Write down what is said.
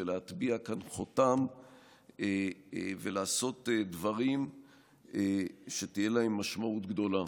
להטביע כאן חותם ולעשות דברים שתהיה להם משמעות גדולה.